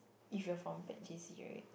if you're from bad J_C right